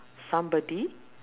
somebody